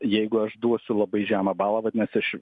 jeigu aš duosiu labai žemą balą vadinasi aš